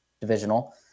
Divisional